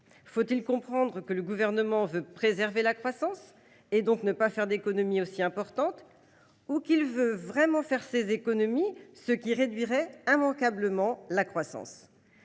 Faut il comprendre que le Gouvernement veut préserver la croissance, et donc ne pas faire d’économies aussi importantes ? Ou qu’il souhaite vraiment réaliser ces économies, ce qui réduirait immanquablement la croissance ?